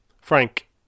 Frank